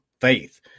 faith